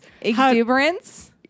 Exuberance